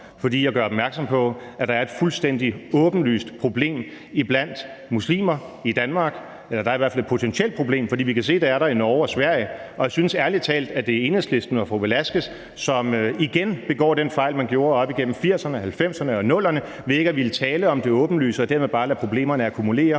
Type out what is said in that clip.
for jeg gør opmærksom på, at der er et fuldstændig åbenlyst problem iblandt muslimer i Danmark – eller der er i hvert fald et potentielt problem, for vi kan se, at det er der i Norge og Sverige. Og jeg synes ærlig talt, at det er Enhedslisten og fru Victoria Velasquez, som igen begår den fejl, man gjorde op igennem 80'erne, 90'erne og 00'erne ved ikke at ville tale om det åbenlyse, og dermed bare lader problemerne akkumulere